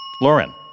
Lauren